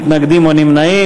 חמד עמאר,